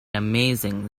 amazing